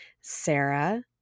Sarah